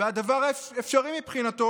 והדבר אפשרי מבחינתו,